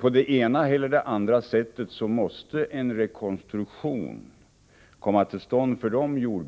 På det ena eller andra sättet måste en rekonstruktion komma till stånd för dem